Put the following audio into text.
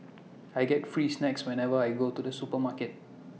I get free snacks whenever I go to the supermarket